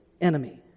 enemy